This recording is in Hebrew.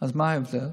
אז מה ההבדל?